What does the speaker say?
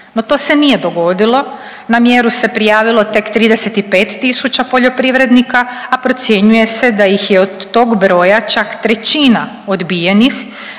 No, to se nije dogodilo. Na mjeru se prijavilo tek 35000 poljoprivrednika, a procjenjuje se da ih je od tog broja čak trećina odbijenih